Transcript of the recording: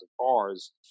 cars